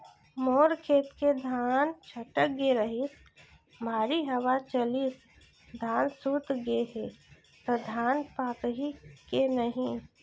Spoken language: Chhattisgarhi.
मोर खेत के धान छटक गे रहीस, भारी हवा चलिस, धान सूत गे हे, त धान पाकही के नहीं?